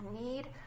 need